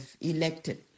elected